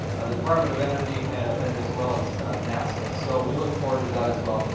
the department of energy, and as well as nasa. so we look forward to that as well.